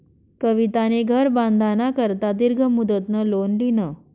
कवितानी घर बांधाना करता दीर्घ मुदतनं लोन ल्हिनं